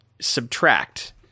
subtract